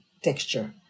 texture